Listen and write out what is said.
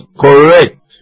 correct